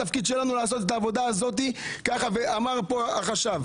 התפקיד שלנו לעשות את העבודה הזאת, ואמר פה החשב,